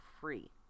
free